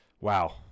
Wow